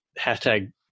hashtag